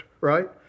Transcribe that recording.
right